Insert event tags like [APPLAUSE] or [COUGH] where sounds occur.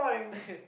[LAUGHS]